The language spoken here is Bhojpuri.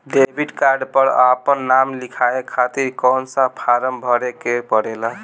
डेबिट कार्ड पर आपन नाम लिखाये खातिर कौन सा फारम भरे के पड़ेला?